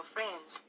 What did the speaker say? Friends